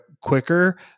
quicker